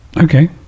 Okay